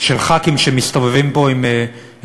של חברי כנסת שמסתובבים פה עם 20